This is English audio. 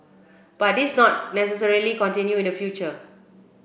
but this not necessarily continue in the future